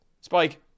spike